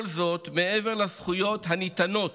וכל זאת, מעבר לזכויות הניתנות